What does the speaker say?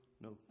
no